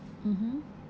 mmhmm